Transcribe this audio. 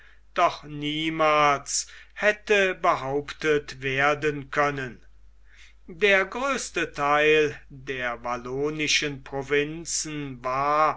doch niemals hätte behauptet werden können der größte theil der wallonischen provinzen war